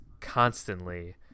constantly